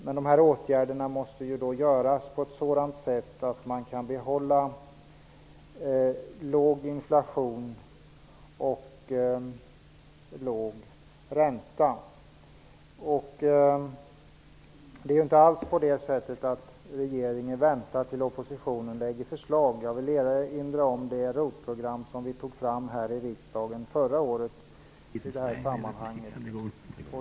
Men de här åtgärderna måste vidtas på ett sådant sätt att man kan behålla låg inflation och låg ränta. Regeringen väntar inte alls tills oppositionen lägger fram förslag. Jag vill erinra om det ROT-program som vi tog fram här i riksdagen förra året i det här sammanhanget.